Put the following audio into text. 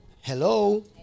Hello